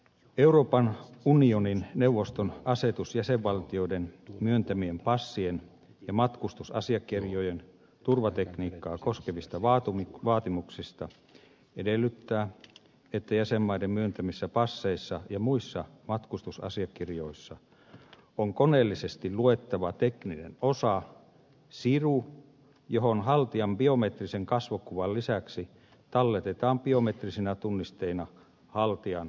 euroopan unionin neuvoston asetus jäsenvaltioiden myöntämien passien ja matkustusasiakirjojen turvatekniikkaa koskevista vaatimuksista edellyttää että jäsenmaiden myöntämissä passeissa ja muissa matkustusasiakirjoissa on koneellisesti luettava tekninen osa siru johon haltijan biometrisen kasvokuvan lisäksi talletetaan biometrisinä tunnisteina haltijan kaksi sormenjälkeä